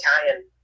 Italian